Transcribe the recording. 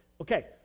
Okay